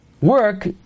work